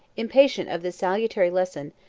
impatient of this salutary lesson,